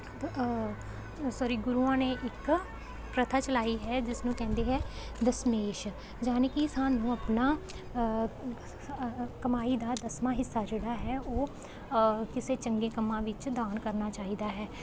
sorry ਗੁਰੂਆਂ ਨੇ ਇੱਕ ਪ੍ਰਥਾ ਚਲਾਈ ਹੈ ਜਿਸ ਨੂੰ ਕਹਿੰਦੇ ਹੈ ਦਸ਼ਮੇਸ਼ ਜਾਨੀ ਕਿ ਸਾਨੂੰ ਆਪਣਾ ਕਮਾਈ ਦਾ ਦਸਵਾਂ ਹਿੱਸਾ ਜਿਹੜਾ ਹੈ ਉਹ ਕਿਸੇ ਚੰਗੇ ਕੰਮਾਂ ਵਿੱਚ ਦਾਨ ਕਰਨਾ ਚਾਹੀਦਾ ਹੈ